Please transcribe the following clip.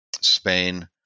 Spain